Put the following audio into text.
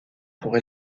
pour